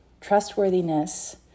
trustworthiness